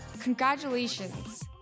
Congratulations